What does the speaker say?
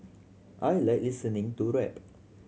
I like listening to rap